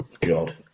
god